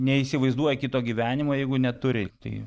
neįsivaizduoja kito gyvenimo jeigu neturi tai